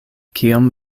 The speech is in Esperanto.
kiom